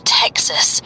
texas